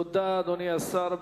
תודה, אדוני השר.